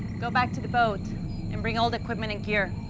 go back to the boat and bring all the equipment and gear.